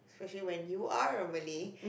especially when you are a Malay